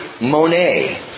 Monet